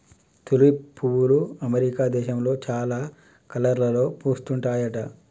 tulip పువ్వులు America దేశంలో చాలా కలర్లలో పూస్తుంటాయట